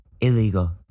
illegal